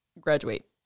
Graduate